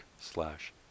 slash